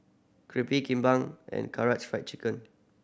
Crepe Kimbap and Karaage Fried Chicken